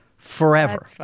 Forever